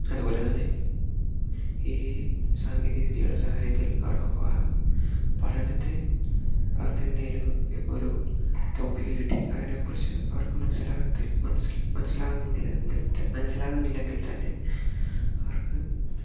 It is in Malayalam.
അതുപോലെത്തന്നെ ഈ സാങ്കേതിക വിദ്യയുടെ സഹായത്തിൽ അവർക്ക് പഠനത്തെ അവർക്ക് എന്തെങ്കിലും ഇപ്പോൾ ഒരു ടോപ്പിക്ക് കിട്ടി അതിനെക്കുറിച്ച് അവർക്ക് മനസ്സിലാകത്തിൽ മനസ്സിലാകുന്നെങ്കിലെങ്കിൽ മനസ്സിലാകുന്നില്ലെങ്കിൽ തന്നെ അവർക്ക്